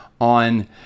on